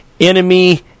enemy